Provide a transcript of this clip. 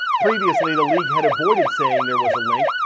previously, the league had avoided saying there was a link,